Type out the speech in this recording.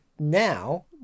now